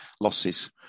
losses